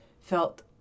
felt